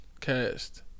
Cast